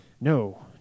No